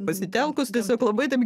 pasitelkus tiesiog labai taip